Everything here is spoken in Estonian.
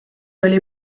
oli